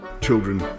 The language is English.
children